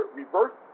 reverse